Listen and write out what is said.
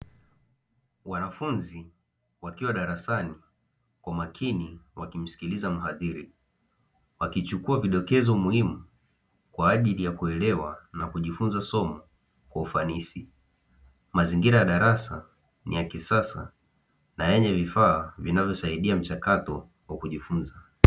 Wanafunzi wakiwa darasani kwa makini wakimsikiliza mhadhiri wakichukua vidokezo muhimu kwa ajili ya kuelewa na kujifunza somo kwa ufanisi, mazingira ya darasa ni ya kisasa na yenye vifaa vinavyosaidia mchakato wa kujifunza.